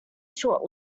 short